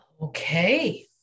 Okay